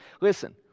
listen